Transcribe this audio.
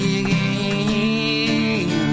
again